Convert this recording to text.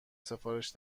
سفارش